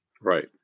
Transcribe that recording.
Right